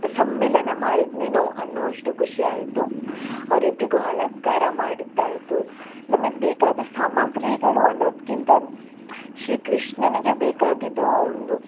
ಸಮ್ಮಿಲನ ಮಾಡಿದ್ನೇನೋ ಅನ್ನೋವಷ್ಟು ಖುಷಿಯಾಯಿತು ಅವರಿಬ್ರಿಗೂ ಅಲಂಕಾರ ಮಾಡಿದ್ದಾಯಿತು ನಮಗೆ ಬೇಕಾದ ಸಾಮಗ್ರಿಗಳು ಅನ್ನೋದಕ್ಕಿಂತ ಶ್ರೀ ಕೃಷ್ಣನಿಗೆ ಬೇಕಾಗಿದ್ದು ಒಂದು